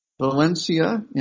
Valencia